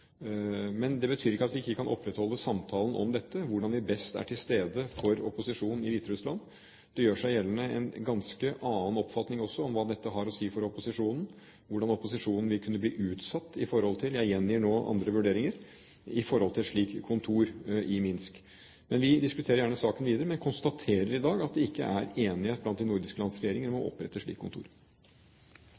Men det betyr ikke at vi ikke kan opprettholde samtalen om dette, samtalen om hvordan vi best er til stede for opposisjonen i Hviterussland. Det gjør seg også gjeldende en ganske annen oppfatning av hva dette har å si for opposisjonen, hvordan opposisjonen vil kunne bli utsatt – jeg gjengir nå andre vurderinger – på grunn av et slikt kontor i Minsk. Vi diskuterer gjerne saken videre, men konstaterer at det i dag ikke er enighet blant de nordiske landenes regjeringer om å opprette et slikt kontor.